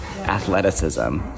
athleticism